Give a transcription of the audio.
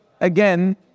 again